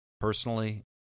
personally